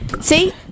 See